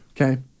okay